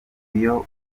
iyo